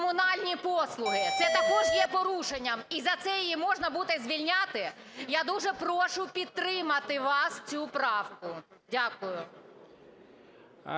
комунальні послуги, це також є порушенням, і за це її можна буде звільняти? Я дуже прошу підтримати вас цю правку. Дякую.